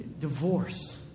divorce